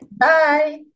Bye